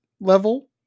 level